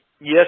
Yes